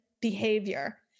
behavior